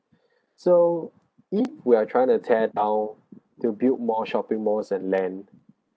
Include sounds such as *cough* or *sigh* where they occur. *breath* so if we are trying to tear down to build more shopping malls and land